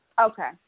Okay